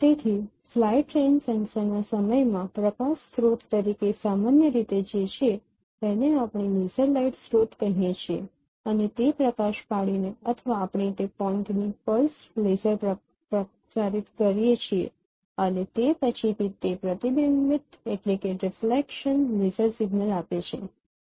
તેથી flight range સેન્સરના સમયમાં પ્રકાશ સ્રોત તરીકે સામાન્ય રીતે જે છે તેને આપણે લેસર લાઇટ સ્રોત કહીએ છીએ અને તે પ્રકાશ પાડીએ અથવા આપણે તે પોઈન્ટથી પલ્સડ લેસર પ્રસારિત કરીએ છીએ અને તે ફરીથી તે પ્રતિબિંબિત લેસર સિગ્નલ આપે છે